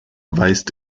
weist